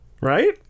right